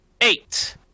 eight